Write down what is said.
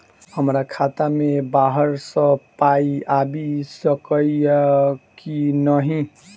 हमरा खाता मे बाहर सऽ पाई आबि सकइय की नहि?